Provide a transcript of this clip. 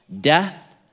death